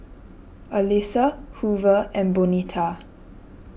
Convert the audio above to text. Elisa Hoover and Bonita